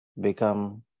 become